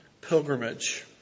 pilgrimage